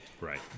right